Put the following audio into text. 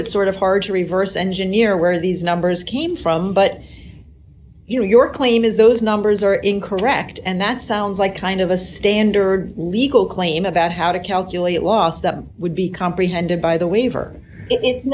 it's sort of hard to reverse engineer where these numbers came from but you know your claim is those numbers are incorrect and that sounds like kind of a standard legal claim about how to calculate loss that would be comprehended by the waiver i